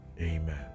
Amen